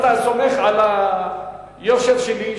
אתה סומך על היושר שלי,